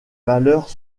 valeurs